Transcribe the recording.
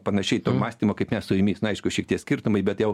panašiai to mąstymo kaip mes su jumis na aišku šiek tiek skirtumai bet jau